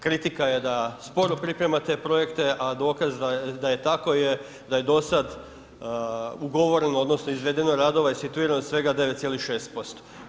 Kritika je da sporo pripremate projekte, a dokaz da je tako je da je do sada ugovoreno odnosno izvedeno radova i situirano svega 9,6%